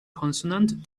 consonant